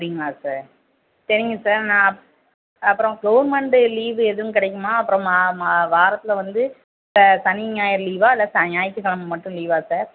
அப்படிங்களா சார் சரிங்க சார் நான் அப்புறம் கவுர்மெண்டு லீவு எதுவும் கிடைக்குமா அப்புறம் வாரத்தில் வந்து சனி ஞாயிறு லீவா இல்லை ஞாயித்துக்கெழம மட்டும் லீவா சார்